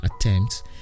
attempts